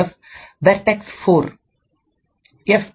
F vertex 4 F